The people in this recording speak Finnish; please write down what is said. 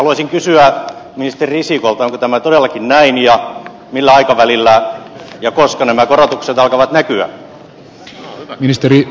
haluaisin kysyä ministeri risikolta onko tämä todellakin näin ja millä aikavälillä ja koska nämä korotukset alkavat näkyä